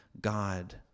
God